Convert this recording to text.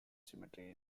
cemetery